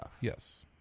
Yes